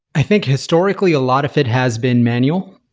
i think, historically, a lot of it has been manual,